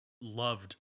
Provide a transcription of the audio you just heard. Loved